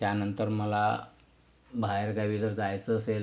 त्यानंतर मला बाहेरगावी जर जायचं असेल